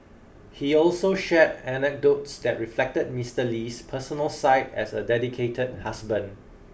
he also shared anecdotes that reflected Mister Lee's personal side as a dedicated husband